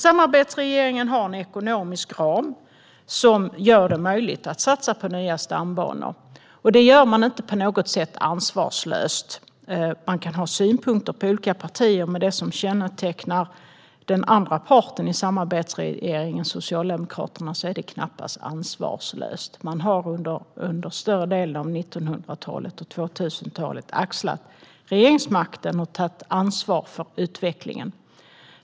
Samarbetsregeringen har en ekonomisk ram som gör det möjligt att satsa på nya stambanor. Det gör man inte på något sätt ansvarslöst. Man kan ha synpunkter på olika partier, men det som kännetecknar den andra parten i samarbetsregeringen, alltså Socialdemokraterna, är knappast ansvarslöshet. Man har under större delen av 1900 och 2000-talet axlat regeringsmakten och tagit ansvar för utvecklingen.